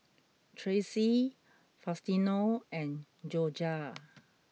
Trace Faustino and Jorja